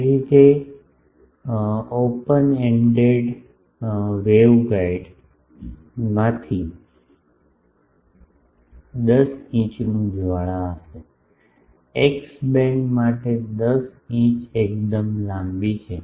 તેથી તે ખુલ્લા ઓપન એન્ડેડ વેવગાઈડમાંથી 10 ઇંચનું જ્વાળા હશે એક્સ બેન્ડ માટે 10 ઇંચ એકદમ લાંબી છે